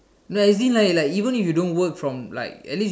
like you see like like even if you don't work from like at least